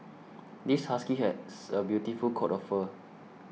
this husky has a beautiful coat of fur